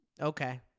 Okay